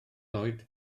oed